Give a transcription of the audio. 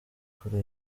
kuri